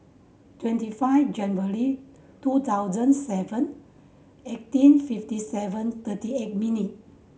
twenty five January two thousand seven eighteen fifty seven thirty eight minute